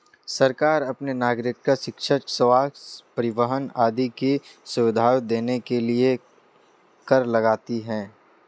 सरकारें अपने नागरिको शिक्षा, स्वस्थ्य, परिवहन आदि की सुविधाएं देने के लिए कर लगाती हैं